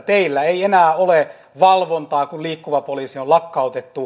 teillä ei enää ole valvontaa kun liikkuva poliisi on lakkautettu